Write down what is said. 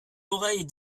oreilles